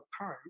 time